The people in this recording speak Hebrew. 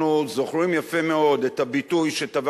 אנחנו זוכרים יפה מאוד את הביטוי שטבע